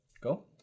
Go